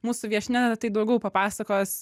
mūsų viešnia tai daugiau papasakos